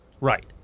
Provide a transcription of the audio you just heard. Right